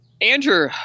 Andrew